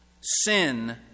Sin